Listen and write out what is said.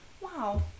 wow